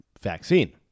vaccine